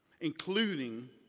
including